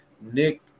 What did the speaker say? nick